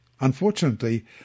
Unfortunately